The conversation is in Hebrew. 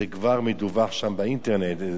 זה כבר מדווח שם באינטרנט.